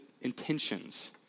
intentions